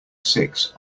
six